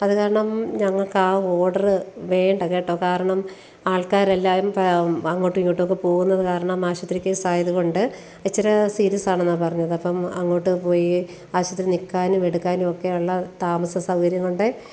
അതുകാരണം ഞങ്ങൾക്ക് അ ഓഡറ് വേണ്ട കേട്ടോ കാരണം ആൾക്കാരെല്ലാവരും അങ്ങോട്ടു ഇങ്ങോട്ടും ഒക്കെ പോകുന്നത് കാരണം ആശുപത്രി കേസ് ആയതുകൊണ്ട് ഇച്ചരെ സീരിയസാണെന്നാണ് പറഞ്ഞത് അപ്പം അങ്ങോട്ടു പോയി ആശുപത്രി നിൽക്കാനും എടുക്കാനും ഒക്കെ ഉള്ള താമസസൗകര്യം കൊണ്ട്